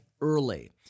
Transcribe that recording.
early